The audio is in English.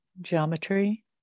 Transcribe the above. geometry